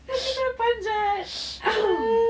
then kita panjat